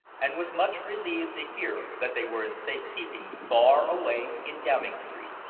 and was much relieved to hear that they were in safekeeping far away in downing street.